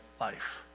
life